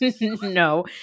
No